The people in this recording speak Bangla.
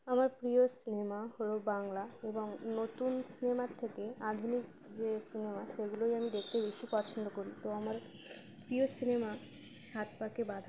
আমার প্রিয় সিনেমা হলো বাংলা এবং নতুন সিনেমার থেকে আধুনিক যে সিনেমা সেগুলোই আমি দেখতে বেশি পছন্দ করি তো আমার প্রিয় সিনেমা সাত পাকে বাঁধা